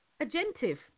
agentive